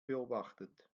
beobachtet